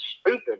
stupid